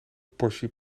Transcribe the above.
portie